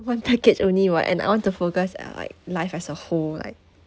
one package only [what] and I want to focus uh like life as a whole like